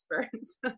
experts